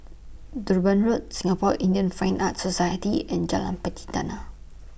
Durban Road Singapore Indian Fine Arts Society and Jalan Pelatina